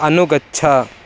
अनुगच्छ